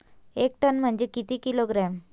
एक टन म्हनजे किती किलोग्रॅम?